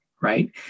Right